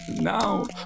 now